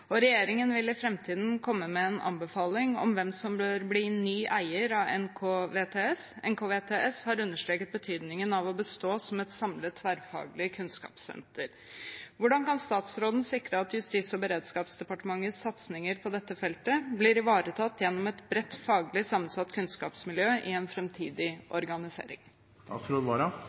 og regjeringen vil i nær fremtid komme med en anbefaling om hvem som bør bli ny eier av NKVTS. NKVTS har understreket betydningen av å bestå som et samlet, tverrfaglig kunnskapssenter. Hvordan skal statsråden sikre at Justis- og beredskapsdepartementets satsinger på dette feltet blir ivaretatt gjennom et bredt faglig sammensatt kunnskapsmiljø i en fremtidig